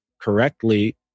correctly